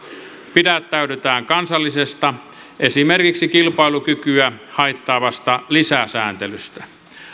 pidättäydytään kansallisesta esimerkiksi kilpailukykyä haittaavasta lisäsääntelystä